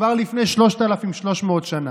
כבר לפני 3,300 שנה.